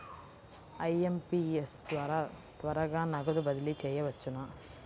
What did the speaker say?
IMPS ద్వారా త్వరగా నగదు బదిలీ చేయవచ్చునా?